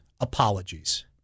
Apologies